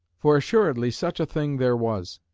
for assuredly such a thing there was.